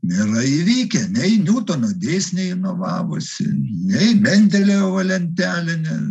nėra įvykę nei niutono dėsniai inovavosi nei mendelejevo lentelė ne